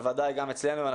אבל גם אצלנו.